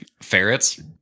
Ferrets